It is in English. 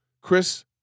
Chris